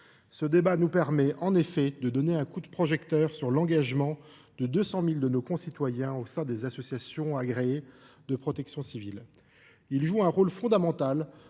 nous permettent en effet de donner un coup de projecteur sur l’engagement de 200 000 de nos concitoyens au sein des associations agréées de sécurité civile. Ces bénévoles jouent un rôle fondamental